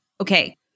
okay